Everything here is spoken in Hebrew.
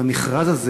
אם הפטור מהמכרז הזה